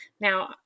Now